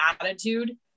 attitude